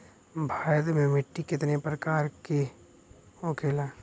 भारत में मिट्टी कितने प्रकार का होखे ला?